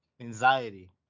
anxiety